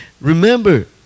remember